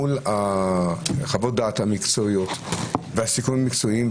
מול חוות הדעת המקצועיות והסיכומים המקצועיים.